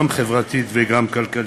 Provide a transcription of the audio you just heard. גם חברתית וגם כלכלית.